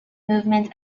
movement